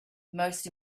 most